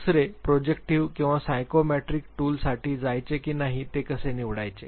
दुसरे प्रोजेक्टिव्ह किंवा सायकोमेट्रिक टूलसाठी जायचे की नाही ते कसे निवडावे